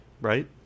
Right